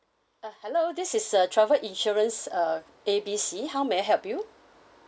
uh hello this is uh travel insurance uh A B C how may I help you